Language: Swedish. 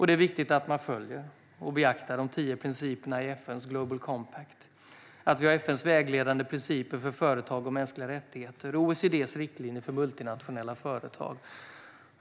Det är viktigt att man följer och beaktar de tio principerna i FN:s Global Compact och att vi har FN:s vägledande principer för företag och mänskliga rättigheter och OECD:s riktlinjer för multinationella företag.